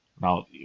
Now